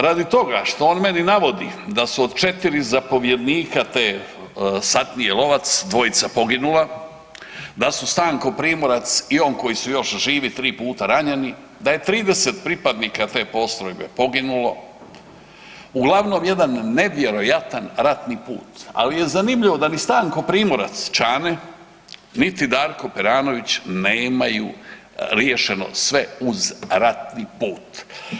Radi toga što on meni navodi da su od 4 zapovjednika te satnije Lovac 2 poginula, da su Stanko Primorac i on koji su još živi 3 puta ranjeni, da je 30 pripadnika te postrojbe poginulo, uglavnom jedan nevjerojatan ratni put, ali je zanimljivo da ni Stanko Primorac Čane, niti Darko Peranović nemaju riješeno sve uz ratni put.